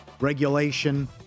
Regulation